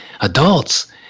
adults